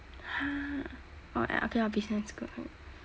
!huh! oh okay lah business good good